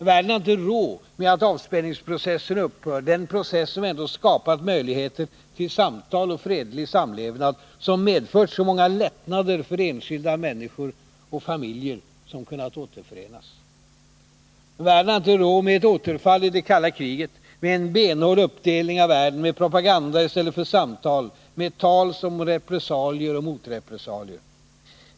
Världen har inte råd med att avspänningsprocessen upphör; den process som ändå skapat möjligheter till samtal och fredlig samlevnad, som medfört så många lättnader för enskilda människor och familjer som kunnat återförenas. Världen har inte råd med ett återfall i det kalla kriget, med en benhård uppdelning av världen, med propaganda i stället för samtal, med tal om repressalier och motrepressalier.